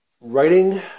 writing